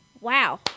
Wow